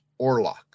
Orlock